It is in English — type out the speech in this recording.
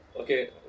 Okay